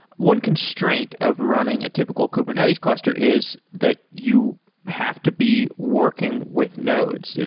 one constraint of running a typical kubernetes cluster is that you have to be working with nodes,